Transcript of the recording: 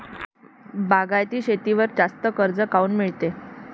बागायती शेतीवर जास्त कर्ज काऊन मिळते?